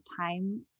time